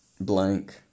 blank